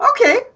Okay